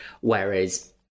whereas